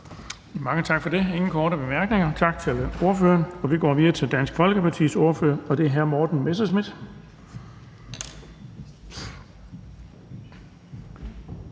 Mange tak for det. Der er ingen korte bemærkninger. Tak til ordføreren. Vi går videre til Dansk Folkepartis ordfører, og det er hr. Morten Messerschmidt.